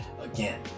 again